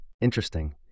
Interesting